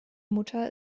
mutter